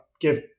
give